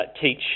teach